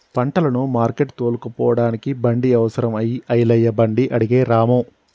పంటను మార్కెట్టుకు తోలుకుపోడానికి బండి అవసరం అయి ఐలయ్య బండి అడిగే రాము